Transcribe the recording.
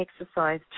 exercise